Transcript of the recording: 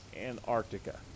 Antarctica